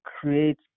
create